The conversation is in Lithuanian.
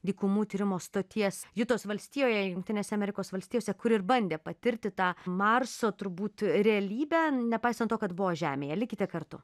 dykumų tyrimo stoties jutos valstijoje jungtinėse amerikos valstijose kur ir bandė patirti tą marso turbūt realybę nepaisant to kad buvo žemėje likite kartu